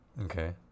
Okay